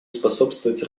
способствовать